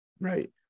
right